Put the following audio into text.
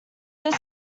this